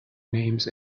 names